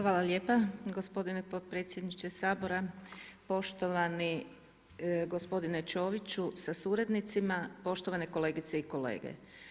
Hvala lijepa gospodine potpredsjedniče Sabora, poštovani gospodine Čoviću sa suradnicima, poštovane kolegice i kolege.